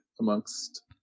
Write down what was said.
amongst